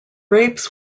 rapes